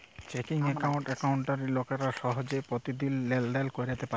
checking একাউল্টে একাউল্টধারি লোকেরা সহজে পতিদিল লেলদেল ক্যইরতে পারে